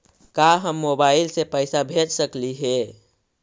का हम मोबाईल से पैसा भेज सकली हे?